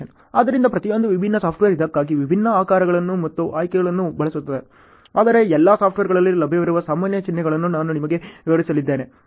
ಆದ್ದರಿಂದ ಪ್ರತಿಯೊಂದು ವಿಭಿನ್ನ ಸಾಫ್ಟ್ವೇರ್ ಇದಕ್ಕಾಗಿ ವಿಭಿನ್ನ ಆಕಾರಗಳು ಮತ್ತು ಆಯ್ಕೆಗಳನ್ನು ಬಳಸುತ್ತದೆ ಆದರೆ ಎಲ್ಲಾ ಸಾಫ್ಟ್ವೇರ್ಗಳಲ್ಲಿ ಲಭ್ಯವಿರುವ ಸಾಮಾನ್ಯ ಚಿಹ್ನೆಗಳನ್ನು ನಾನು ನಿಮಗೆ ವಿವರಿಸಲಿದ್ದೇನೆ